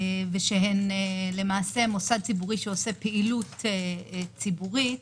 ושהן למעשה מוסד ציבורי שעושה פעילות ציבורית,